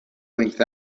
length